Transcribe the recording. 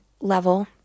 level